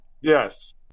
Yes